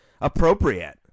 appropriate